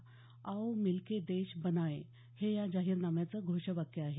आओ मिलके देश बनाये हे या जाहीरनाम्याचं घोषवाक्य आहे